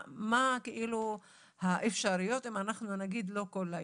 מה האפשרויות אם אנחנו נגיד לא כל לילה?